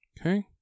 Okay